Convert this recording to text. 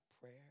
prayer